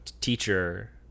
teacher